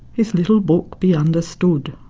his little book be understood.